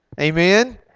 Amen